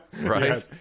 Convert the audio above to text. right